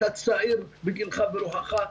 אתה צעיר בגילך וברוחך.